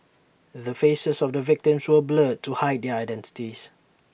the faces of the victims were blurred to hide their identities